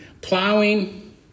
plowing